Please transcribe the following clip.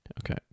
Okay